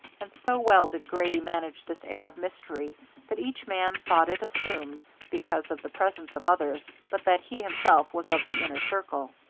and so well did grady manage this air of mystery that each man thought it assumed because of the presence of others, but that he himself was of the inner circle.